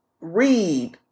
read